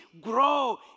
grow